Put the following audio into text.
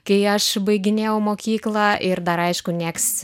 kai aš baiginėjau mokyklą ir dar aišku nieks